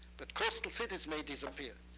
but coastal cities may disappear.